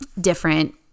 different